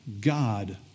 God